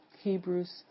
Hebrews